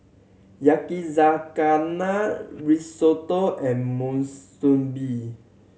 Yakizakana Risotto and Monsunabe